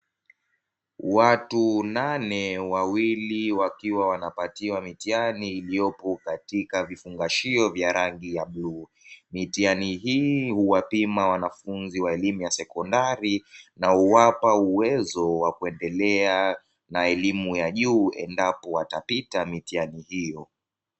Watu nane wawili wakiwa wanapatiwa mitihani iliyopo katika vifungashio vya rangi bluu. Mitihani hii huwapima wanafunzi wa elimu ya sekondari, na huwapa uwezo wa kuendelea na elimu ya juu endapo watapita mitihani hiyo.